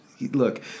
look